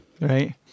Right